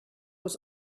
was